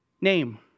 name